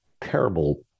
terrible